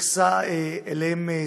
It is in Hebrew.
התייחסה אליהם ספציפית.